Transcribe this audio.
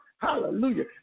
Hallelujah